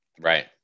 Right